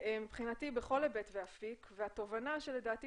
מבחינתי בכל היבט ואפיק והתובנה שלדעתי